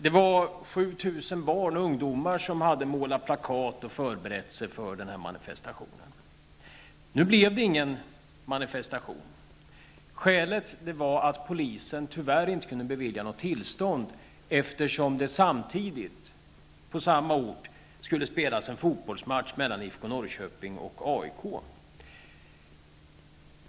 Det var 7 000 barn och ungdomar som hade målat plakat och förberett sig för denna manifestation. Nu blev det ingen manifestation. Skälet var att polisen tyvärr inte kunde bevilja tillstånd, eftersom det samtidigt på samma ort skulle spelas en fotbollsmatch mellan IFK Norrköping och AIK.